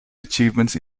achievements